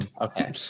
Okay